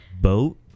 boat